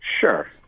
Sure